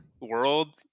world